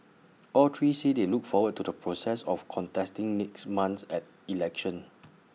all three said they look forward to the process of contesting next month's election